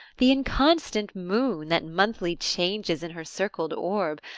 the inconstant moon, that monthly changes in her circled orb,